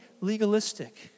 legalistic